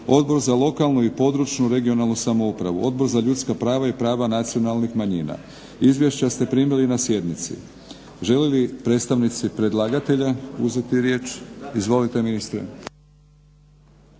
Odbor za lokalnu i područnu (regionalnu) samoupravu, Odbor za ljudska prava i prava nacionalnih manjina. Izvješća ste primili na sjednici. Žele li predstavnici predlagatelja uzeti riječ? Izvolite ministre.